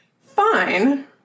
Fine